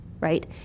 right